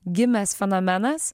gimęs fenomenas